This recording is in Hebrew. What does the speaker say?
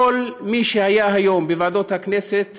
כל מי שהיה היום בוועדות הכנסת